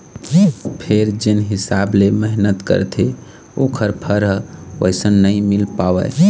फेर जेन हिसाब ले मेहनत करथे ओखर फर ह वइसन नइ मिल पावय